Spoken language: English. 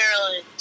maryland